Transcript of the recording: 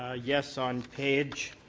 ah yes, on page